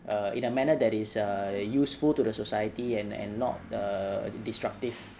uh in a manner that is err useful to the society and and not err destructive